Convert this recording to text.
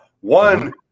one